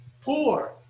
poor